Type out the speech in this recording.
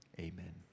Amen